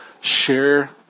share